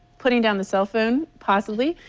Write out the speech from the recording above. putting down the cell phone possibly.